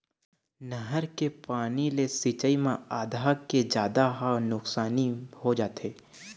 नहर के पानी ले सिंचई म आधा के जादा ह नुकसानी हो जाथे